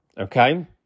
Okay